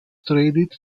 traded